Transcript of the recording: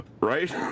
right